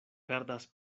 perdas